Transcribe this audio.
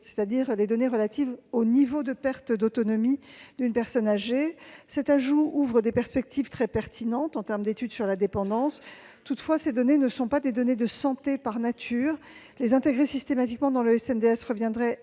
de GIR, qui sont relatives au niveau de perte d'autonomie d'une personne âgée. Cet ajout ouvre des perspectives très pertinentes pour les études sur la dépendance. Toutefois, il ne s'agit pas de données de santé par nature. Les intégrer systématiquement au SNDS reviendrait à leur